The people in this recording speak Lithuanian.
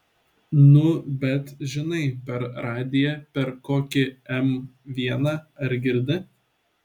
nu bet žinai per radiją per kokį m vieną ar girdi